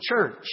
church